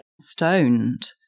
stoned